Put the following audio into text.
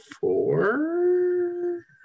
Four